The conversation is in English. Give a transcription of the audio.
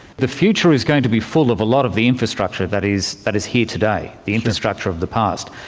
the future is going to be full of a lot of the infrastructure that is that is here today, the infrastructure of the past.